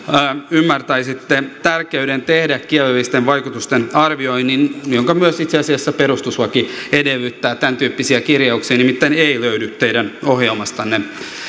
ymmärtäisitte tärkeyden tehdä kielellisten vaikutusten arvioinnin jota myös itse asiassa perustuslaki edellyttää tämän tyyppisiä kirjauksia nimittäin ei löydy teidän ohjelmastanne